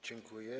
Dziękuję.